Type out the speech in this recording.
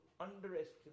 underestimate